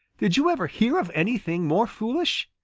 did you ever hear of anything more foolish?